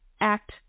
act